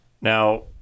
Now